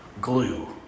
glue